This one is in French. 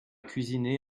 cuisiné